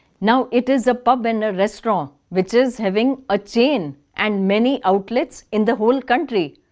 now it is a pub and a restaurant which is having a chain and many outlets in the whole country.